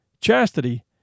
chastity